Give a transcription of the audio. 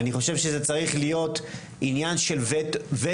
אני חושב שזה צריך להיות עניין של וטו.